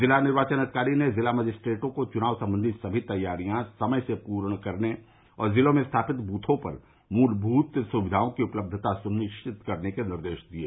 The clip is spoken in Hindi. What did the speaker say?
जिला निर्वाचन अधिकारी ने जिला मजिस्ट्रेटों को चुनाव संबंधी सभी तैयारियां समय से पूर्ण करने और जिले में स्थापित बूथों पर मूलभूत सुविधाओं की उपलब्धता सुनिश्चित करने के निर्देश दिये